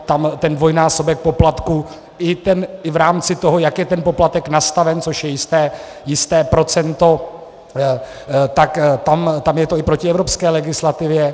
Tam ten dvojnásobek poplatku i v rámci toho, jak je ten poplatek nastaven, což je jisté procento, tak tam je to i proti evropské legislativě.